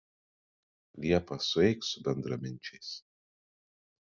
liepą sueik su bendraminčiais